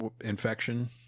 infection